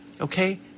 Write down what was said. Okay